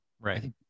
Right